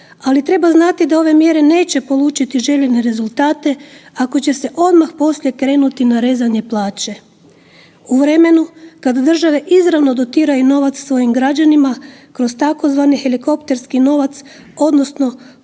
ali treba znati da ove mjere neće polučiti željene rezultate, ako će se odmah poslije krenuti na rezanje plaće. U vremenu kad države izravno dotiraju novac svojim građanima kroz tzv. Helikopterski novac, odnosno